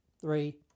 three